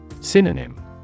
Synonym